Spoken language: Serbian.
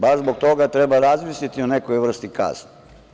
Baš zbog toga treba razmisliti o nekoj vrsti kazni.